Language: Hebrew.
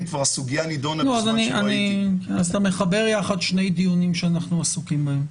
אתה מחבר יחד שני דיונים שאנחנו עסוקים בהם.